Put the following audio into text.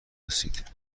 رسید